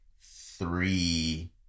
three